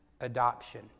adoption